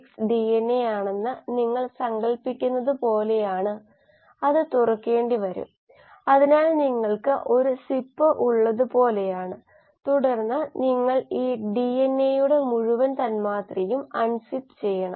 പക്ഷേ നമ്മൾ ഇത് ഒരു തവണ മാത്രമേ കണക്കാക്കൂ എന്ന് ഉറപ്പാക്കേണ്ടതുണ്ട് ഇത് ചെയ്യുന്നതിന് നിങ്ങൾ മറ്റൊരു തന്ത്രം പിന്തുടരാൻ ആഗ്രഹിക്കുന്നുവെങ്കിൽപ്പോലും നമ്മൾക്ക് ഇത് ഇൻപുട്ടായും ഉൽപാദനമായും കണക്കാക്കാൻ കഴിയില്ല